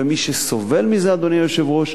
ומי שסובל מזה, אדוני היושב-ראש,